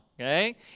Okay